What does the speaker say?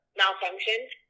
malfunctioned